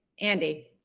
Andy